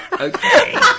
Okay